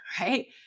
right